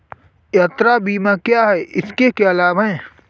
यात्रा बीमा क्या है इसके क्या लाभ हैं?